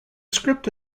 script